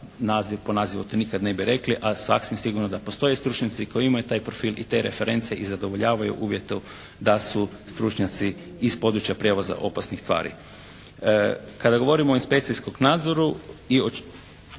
a po nazivu to nikad ne bi rekli, a sasvim sigurno da postoje stručnjaci koji imaju taj profil i te reference i zadovoljavaju uvjetu da su stručnjaci iz područja prijevoza opasnih tvari. Kada govorimo o inspekcijskom nadzoru i iznijetoj